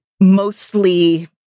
mostly